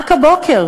רק הבוקר,